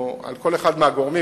או על כל אחד מהגורמים,